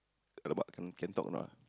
alamak can can talk or not ah